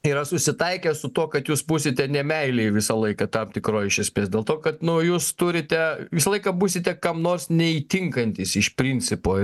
yra susitaikęs su tuo kad jūs būsite ne meilėj visą laiką tam tikroj iš esmės dėl to kad nu jūs turite visą laiką būsite kam nors neįtinkantys iš principo